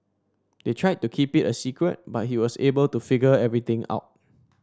they tried to keep it a secret but he was able to figure everything out